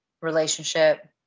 relationship